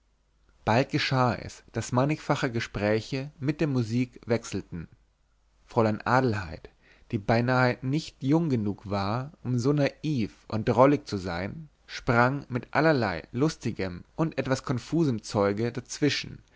bald geschah es daß mannigfache gespräche mit der musik wechselten fräulein adelheid die beinahe nicht jung genug war um so naiv und drollig zu sei sprang mit allerlei lustigem und etwas konfusem zeuge dazwischen